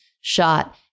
shot